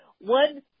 one